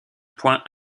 point